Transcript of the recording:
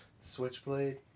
Switchblade